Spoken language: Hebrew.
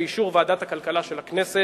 באישור ועדת הכלכלה של הכנסת,